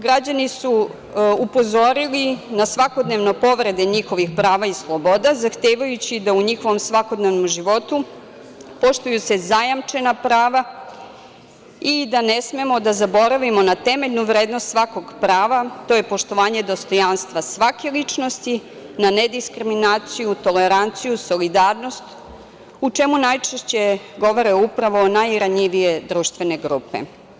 Građani su upozorili na svakodnevne povrede njihovih prava i sloboda, zahtevajući da u njihovom svakodnevnom životu poštuju se zajamčena prava i da ne smemo da zaboravimo na temeljnu vrednost svakog prava, to je poštovanje dostojanstva svake ličnosti, na nediskriminaciju, toleranciju, solidarnost, o čemu najčešće govore upravo najranjivije društvene grupe.